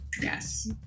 Yes